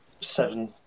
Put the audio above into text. seven